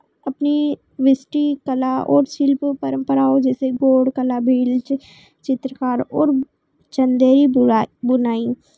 अपनी कला और शिल्प परंपराओं जैसे गोंड कला भील चित्रकार और चंदेरी बुनाई